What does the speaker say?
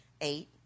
eight